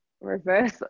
reverse